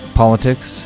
politics